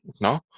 no